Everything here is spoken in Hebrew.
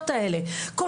השתלמות עזרה ראשונה.